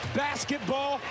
basketball